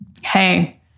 Hey